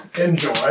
enjoy